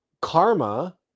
karma